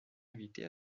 invités